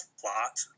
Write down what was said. plot